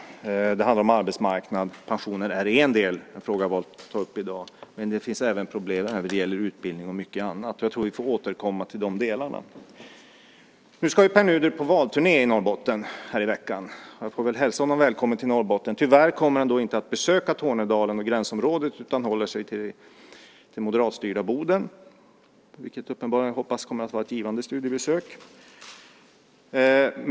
Det handlar om arbetsmarknad. Pensionerna är en del - den fråga jag valt att ta upp i dag - men det finns problem även när det gäller utbildning och mycket annat. Jag tror att vi får återkomma till de delarna. I veckan ska Pär Nuder på valturné i Norrbotten. Jag får väl hälsa honom välkommen till Norrbotten. Tyvärr kommer han inte att besöka Tornedalen och gränsområdet utan håller sig till det moderatstyrda Boden, vilket jag hoppas kommer att bli ett givande studiebesök.